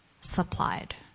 supplied